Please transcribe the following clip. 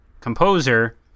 composer